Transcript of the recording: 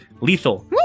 Lethal